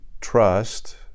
trust